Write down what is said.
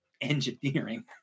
engineering